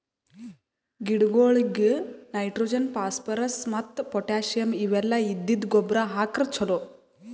ಗಿಡಗೊಳಿಗ್ nitrogen, phosphorus ಮತ್ತ್ potassium ಇವೆಲ್ಲ ಇದ್ದಿದ್ದ್ ಗೊಬ್ಬರ್ ಹಾಕ್ರ್ ಛಲೋ